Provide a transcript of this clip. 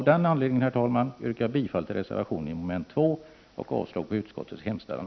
Av den anledningen yrkar jag bifall till reservationen i mom. 2 och avslag på utskottets hemställan.